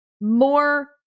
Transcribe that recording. more